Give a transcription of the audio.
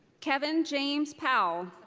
kevin james powell.